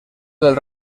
del